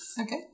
okay